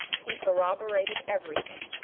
he corroborated everything,